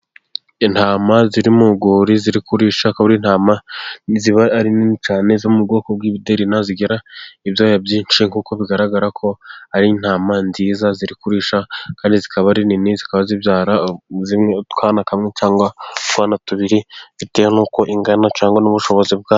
Intama ziri mu rwuri ziri kurisha, akaba ari intama ziba ari nini cyane zo mu bwoko bw'ibidelina. Zigira ibyoya byinshi nkuko bigaragara ko ari intama nziza ziri kurisha kandi zikaba ari nini, zikaba zibyara utwana, kamwe cyangwa utwana tubiri bitewe n'uko ingana cyangwa n'ubushobozi bwazo.